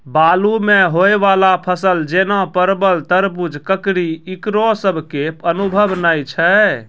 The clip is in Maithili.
बालू मे होय वाला फसल जैना परबल, तरबूज, ककड़ी ईकरो सब के अनुभव नेय छै?